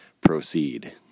proceed